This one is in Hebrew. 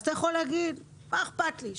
אז אתה יכול להגיד מה אכפת לי,